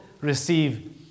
receive